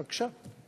בבקשה.